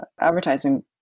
advertising